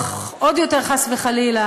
או, עוד יותר חס וחלילה,